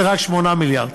זה רק 8 מיליארד.